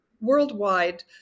Worldwide